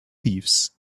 thieves